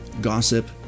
gossip